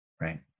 Right